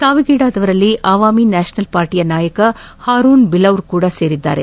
ಸಾವಿಗೀಡಾದವರಲ್ಲಿ Awami National ಪಾರ್ಟಿಯ ನಾಯಕ ಹಾರೂನ್ ಬಿಲೌರ್ ಕೂಡ ಸೇರಿದ್ದಾರೆ